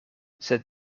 zet